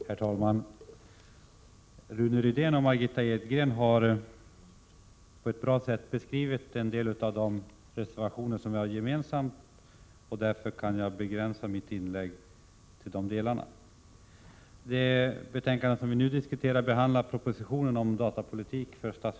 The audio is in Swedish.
Herr talman! Det betänkande som vi nu diskuterar behandlar propositionen om datapolitik för statsförvaltningen och de motioner som väckts i anslutning till denna. Här finns några reservationer som centern är med på och som jag tänkte beröra.